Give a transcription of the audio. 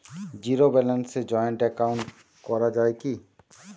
Zero ব্যালেন্সে joint account করা য়ায় কি?